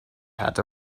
had